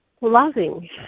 loving